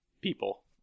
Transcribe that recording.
people